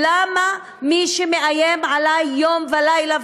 למה מי שמאיים עלי יום ולילה,